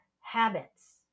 habits